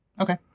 Okay